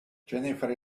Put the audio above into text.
jennifer